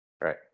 Right